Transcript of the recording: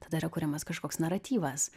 tada yra kuriamas kažkoks naratyvas